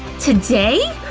today!